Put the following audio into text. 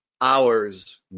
hours